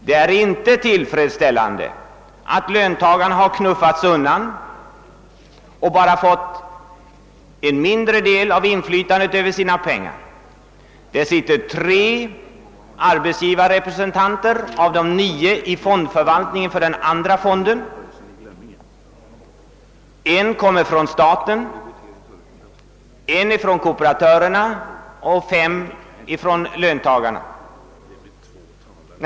Det är inte tillfredsställande att löntagarna har knuffats undan från och bara fått en mindre del av inflytandet över sina pengar. Av de nio ledamöterna i fondförvaltningen för den andra fonden är tre arbetsgivarrepresentanter, en företräder staten, en kooperationen och fyra löntagarna.